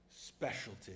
specialty